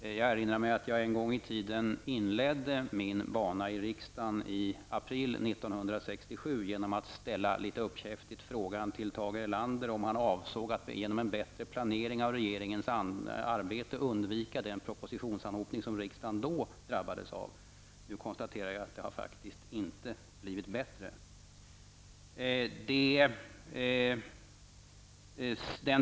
Jag erinrar mig att jag en gång i tiden inledde min bana i riksdagen i april 1967 med att litet uppkäftigt fråga Tage Erlander om han avsåg att genom en bättre planering av regeringens arbete undvika den propositionsanhopning som riksdagen då drabbades av. Nu konstaterar jag att det faktiskt inte har blivit bättre.